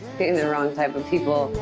the wrong type of people.